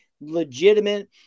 legitimate